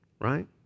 Right